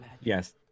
Yes